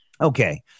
Okay